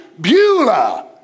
Beulah